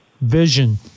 vision